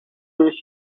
this